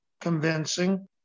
convincing